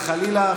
חלילה,